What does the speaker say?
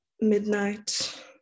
Midnight